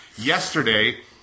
Yesterday